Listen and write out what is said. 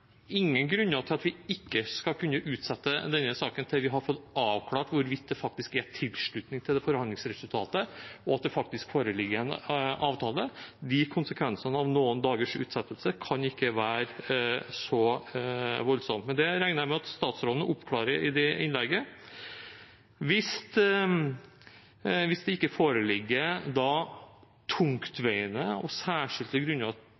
ingen grunner til at vi ikke skal kunne utsette denne saken til vi har fått avklart hvorvidt det faktisk er tilslutning til det forhandlingsresultatet, og at det faktisk foreligger en avtale. De konsekvensene av noen dagers utsettelse kan ikke være så voldsomme, men det regner jeg med at statsråden oppklarer i innlegget sitt. Hvis det ikke foreligger tungtveiende og særskilte grunner